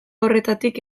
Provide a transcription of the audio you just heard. horretatik